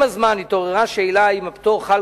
עם הזמן התעוררה שאלה אם הפטור בחוק חל